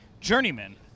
journeyman